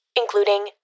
Including